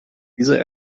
diese